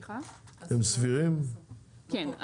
כן.